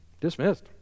Dismissed